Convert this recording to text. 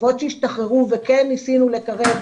אבות שהשתחררו וכן ניסינו לקרב.